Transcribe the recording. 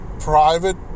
Private